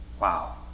Wow